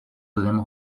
them